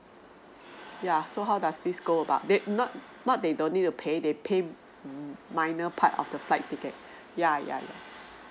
yeah so how does this go about they not not they don't need to pay they pay mm minor part of the flight ticket yeah yeah yeah